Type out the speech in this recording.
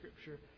Scripture